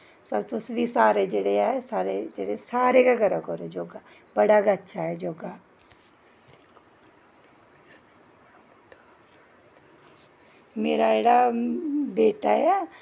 तुस बी सारें जेह्ड़े ऐं सारे गै करा करो योगा बड़ा गै अच्छा ऐ योेगा मेरा जेह्ड़ा बेटा ऐ